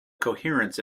coherence